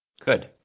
Good